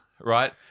right